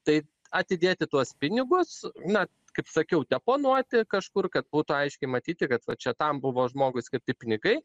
tai atidėti tuos pinigus na kaip sakiau deponuoti kažkur kad būtų aiškiai matyti kad va čia tam buvo žmogui skirti pinigai